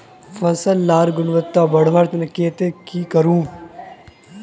फसल लार गुणवत्ता बढ़वार केते की करूम?